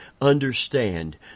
understand